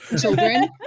children